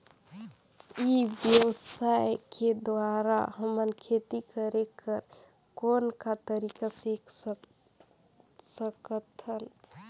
ई व्यवसाय के द्वारा हमन खेती करे कर कौन का तरीका सीख सकत हन?